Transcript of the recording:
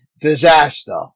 disaster